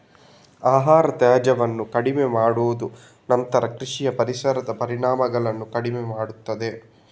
ಆಹಾರ ತ್ಯಾಜ್ಯವನ್ನು ಕಡಿಮೆ ಮಾಡುವುದು ನಂತರ ಕೃಷಿಯ ಪರಿಸರದ ಪರಿಣಾಮಗಳನ್ನು ಕಡಿಮೆ ಮಾಡುತ್ತದೆ